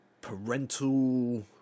parental